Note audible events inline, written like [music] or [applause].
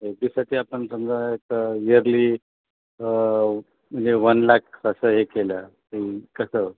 F डीसाठी आपण समजा एक ईयरली म्हणजे वन लाख असं हे केलं [unintelligible] कसं